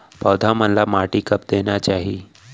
पौधा मन ला माटी कब देना चाही?